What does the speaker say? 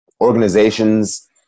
organizations